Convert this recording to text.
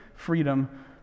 Freedom